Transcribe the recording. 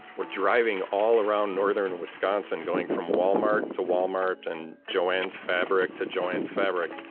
were driving all around northern wisconsin, going from wal-mart to wal-mart and jo-ann's fabric to jo-ann's fabric,